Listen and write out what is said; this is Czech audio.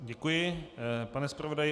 Děkuji, pane zpravodaji.